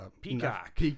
Peacock